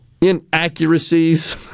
inaccuracies